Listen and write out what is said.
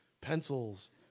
pencils